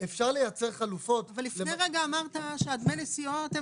אפשר לייצר חלופות --- אבל לפני רגע אמרת שדמי הנסיעות הם